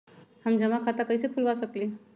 हम जमा खाता कइसे खुलवा सकली ह?